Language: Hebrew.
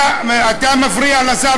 אתה מפריע לשר,